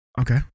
Okay